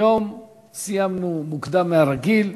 היום סיימנו מוקדם מהרגיל.